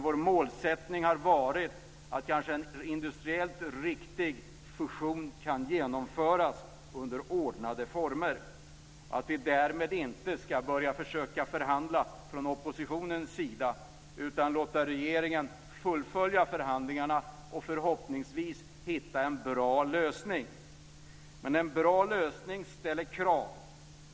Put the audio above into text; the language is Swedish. Vår målsättning har varit att en industriellt riktig fusion ska kunna genomföras under ordnade former och att vi därmed inte ska börja försöka förhandla från oppositionens sida utan låta regeringen fullfölja förhandlingarna och, förhoppningsvis, hitta en bra lösning. Men en bra lösning ställer krav.